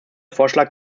vorschlag